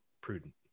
prudent